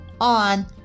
on